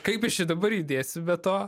kaip čia dabar judėsiu be to